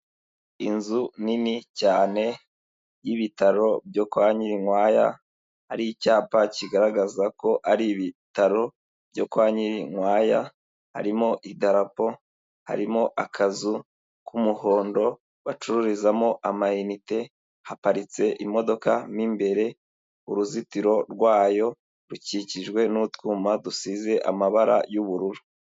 Inzu nini cyane y'ibitaro byo kwa Nyirinkwaya, hari icyapa kigaragaza ko ari ibitaro byo kwa Nyiririnkwaya, harimo idarapo, harimo akazu k'umuhondo bacururizamo amainite, haparitse imodoka mo imbere, uruzitiro rwayo rukikijwe n'utwuma dusize amabara y'ubururu.